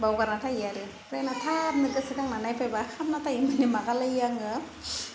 बावगारना थायो आरो ओमफ्राय उनाव थाबनो गोसोखांना नायफैबा खामना थायो ओमफ्राय माबालायो आङो